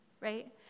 Right